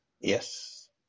Yes